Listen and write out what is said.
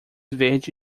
verde